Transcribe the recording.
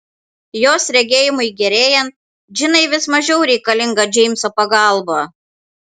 jos regėjimui gerėjant džinai vis mažiau reikalinga džeimso pagalba